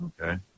Okay